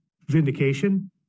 vindication